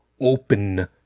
open